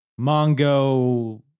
Mongo